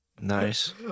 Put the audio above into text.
Nice